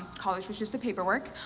college was just the paperwork.